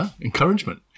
Encouragement